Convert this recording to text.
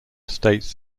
states